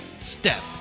step